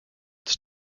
its